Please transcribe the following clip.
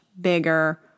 bigger